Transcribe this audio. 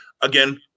Again